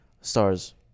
stars